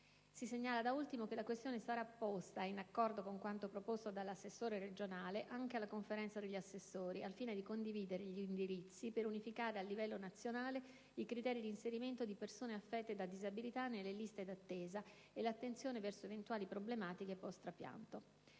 Si segnala, da ultimo che la questione sarà posta, in accordo con quanto proposto dall'assessore regionale, anche alla Conferenza degli assessori, al fine di condividere gli indirizzi per unificare, a livello nazionale, i criteri di inserimento di persone affette da disabilità nelle liste d'attesa e l'attenzione verso eventuali problematiche *post*-trapianto.